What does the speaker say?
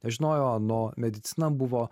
žinojo ano medicina buvo